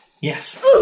Yes